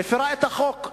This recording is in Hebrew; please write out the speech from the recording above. מפירה את החוק.